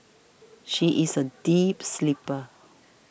she is a deep sleeper